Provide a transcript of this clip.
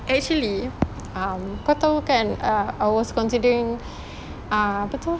actually um kau tahu kan uh I was considering uh apa tu